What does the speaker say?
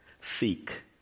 Seek